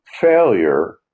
failure